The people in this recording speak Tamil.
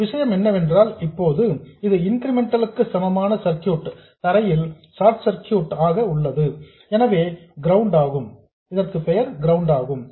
ஒரு விஷயம் என்னவென்றால் இப்போது இது இன்கிரிமெண்டல் க்கு சமமான சர்க்யூட் தரையில் ஷார்ட் சர்க்யூட் ஆக உள்ளது எனவே கிரவுண்ட் ஆகும்